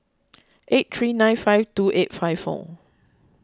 eight three nine five two eight five four